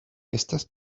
estas